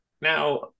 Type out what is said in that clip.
now